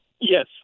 Yes